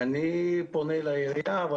אני פונה לעירייה -- אוקיי.